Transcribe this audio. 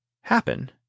happen